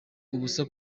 ubusa